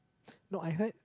no I've heard